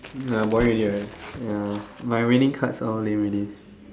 the boring already right ya my winning cards are all lame already